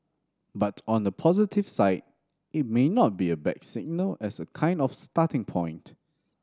but on the positive side it may not be a bad signal as a kind of starting point